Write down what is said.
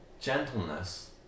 gentleness